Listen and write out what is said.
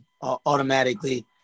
automatically